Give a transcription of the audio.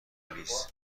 آلیس